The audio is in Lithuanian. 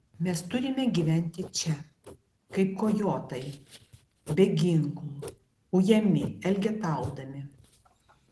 mes turime gyventi čia kaip kojotai be ginklų ujami elgetaudami